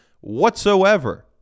whatsoever